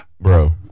Bro